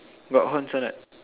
got horns or not